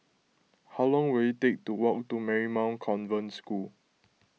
how long will it take to walk to Marymount Convent School